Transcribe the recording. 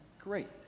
great